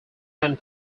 hand